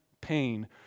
pain